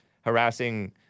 harassing